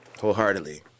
wholeheartedly